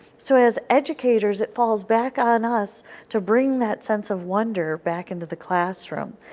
so, as educators, it falls back on us to bring that sense of wonder back into the classroom.